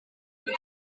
iyi